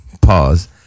Pause